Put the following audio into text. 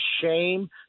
shame